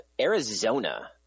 Arizona